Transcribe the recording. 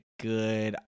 good